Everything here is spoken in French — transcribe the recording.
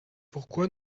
pourquoi